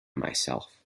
myself